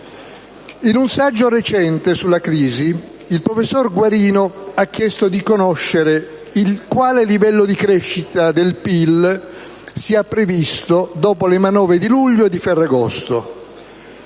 In un saggio recente sulla crisi il professor Guarino ha chiesto di conoscere quale livello di crescita del PIL sia previsto dopo le manovre di luglio e di Ferragosto.